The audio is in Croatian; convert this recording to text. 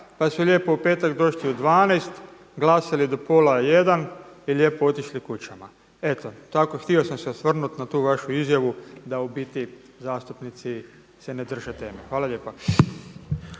pa su lijepo u petak došli u 12, glasali do pola jedan i lijepo otišli kućama. Eto tako, htio sam se osvrnuti na tu vašu izjavu da u biti zastupnici se ne drže teme. Hvala lijepa.